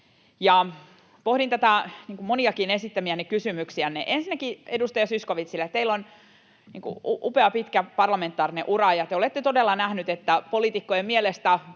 Pohdin moniakin esittämiänne kysymyksiä. Ensinnäkin edustaja Zyskowiczille: Teillä on upea, pitkä parlamentaarinen ura, ja te olette todella nähnyt, että poliitikkojen mielestä